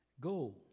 Go